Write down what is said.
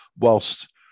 Whilst